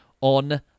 on